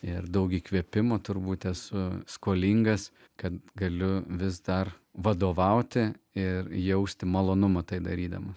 ir daug įkvėpimo turbūt esu skolingas kad galiu vis dar vadovauti ir jausti malonumą tai darydamas